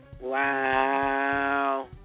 Wow